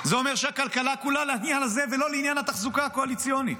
זה אומר שהכלכלה כולה לעניין הזה ולא לעניין התחזוקה הקואליציונית.